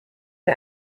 sie